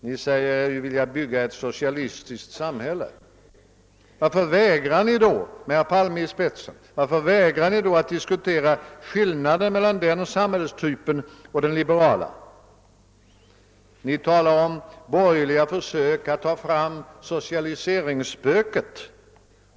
Ni säger er vilja bygga ett socialistiskt samhälle. Varför vägrar ni då med herr Palme i spetsen att diskutera skillnaden mellan den samhällstypen och den liberala? Ni talar om borgerliga försök att ta fram socialiseringsspöket.